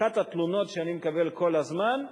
אחת התלונות שאני מקבל כל הזמן: